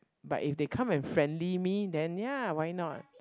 but if they come and friendly me then ya why not